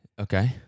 Okay